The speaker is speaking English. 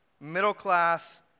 middle-class